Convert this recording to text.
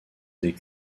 des